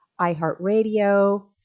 iheartradio